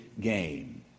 game